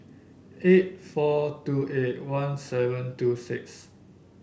eight four two eight one seven two six